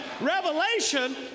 revelation